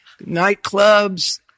nightclubs